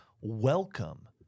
welcome